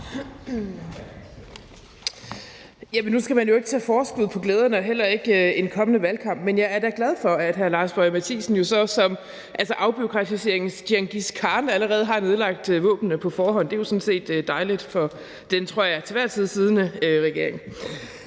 Nu skal man jo ikke tage forskud på glæderne og heller ikke på en kommende valgkamp, men jeg er da glad for, at hr. Lars Boje Mathiesen som en afbureaukratiseringens Djengis Khan allerede har lagt våbnene ned på forhånd. Det er jo sådan set dejligt, tror jeg, for den til enhver tid siddende regering.